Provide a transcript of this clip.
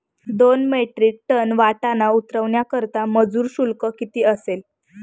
दोन metric ton वाटाणा उतरवण्याकरता मजूर शुल्क किती असेल?